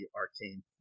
arcane